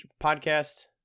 podcast